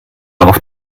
auf